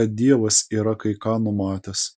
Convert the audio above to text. kad dievas yra kai ką numatęs